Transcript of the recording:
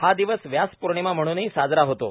हा दिवस व्यासपौर्णिमा म्हणूनही साजरा होतो